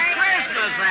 Christmas